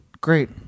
Great